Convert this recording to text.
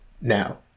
now